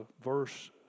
verse